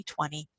2020